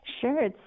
Sure